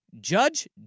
Judge